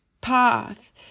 path